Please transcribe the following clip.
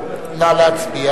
יכול להיות שיש אלטרנטיבה,